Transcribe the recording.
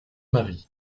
marie